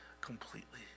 Completely